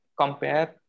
compare